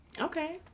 Okay